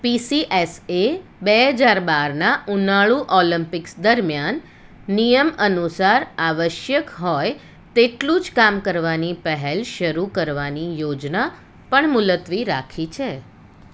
પીસીએસએ બે હજાર બારનાં ઉનાળું ઓલમ્પિક્સ દરમિયાન નિયમ અનુસાર આવશ્યક હોય તેટલું જ કામ કરવાની પહેલ શરૂ કરવાની યોજના પણ મુલતવી રાખી છે